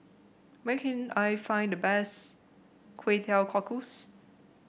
where can I find the best Kway Teow Cockles